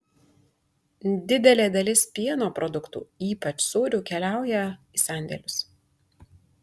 didelė dalis pieno produktų ypač sūrių keliauja į sandėlius